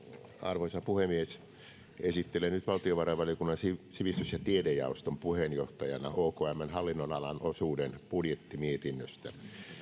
arvoisa puhemies esittelen nyt valtiovarainvaliokunnan sivistys ja tiedejaoston puheenjohtajana okmn hallinnonalan osuuden budjettimietinnöstä